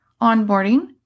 Onboarding